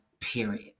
period